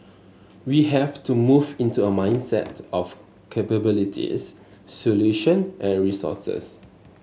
we have to move into a mindset of capabilities solutions and resources